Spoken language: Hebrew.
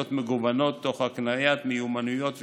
מגוונות תוך הקניית מיומנויות וכישורים.